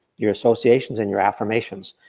your associations and your affirmations.